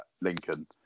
Lincoln